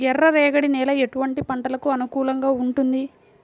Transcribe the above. ఎర్ర రేగడి నేల ఎటువంటి పంటలకు అనుకూలంగా ఉంటుంది?